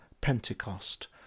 Pentecost